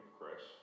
Chris